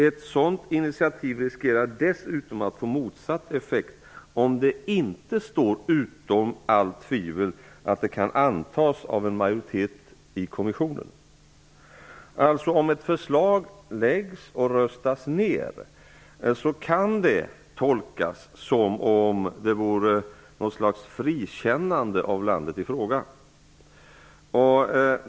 Ett sådant initiativ riskerar dessutom att få motsatt effekt om det inte står utom allt tvivel att förslaget kan antas av en majoritet i kommissionen. Om ett förslag läggs fram och röstas ned kan det tolkas som att det är något slags frikännande av landet i fråga.